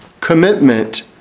commitment